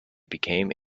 became